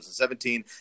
2017